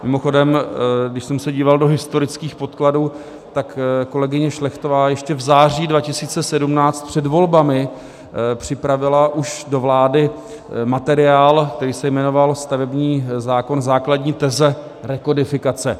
Mimochodem, když jsem se díval do historických podkladů, tak kolegyně Šlechtová ještě v září 2017 před volbami připravila už do vlády materiál, který se jmenoval Stavební zákon základní teze rekodifikace.